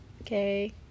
okay